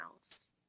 else